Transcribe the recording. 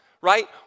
right